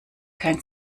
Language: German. kein